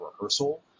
rehearsal